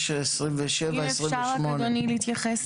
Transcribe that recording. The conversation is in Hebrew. אם אפשר להתייחס,